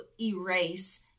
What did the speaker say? erase